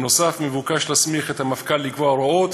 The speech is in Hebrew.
נוסף על כך מבוקש להסמיך את המפכ"ל לקבוע הוראות,